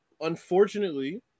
unfortunately